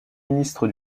ministre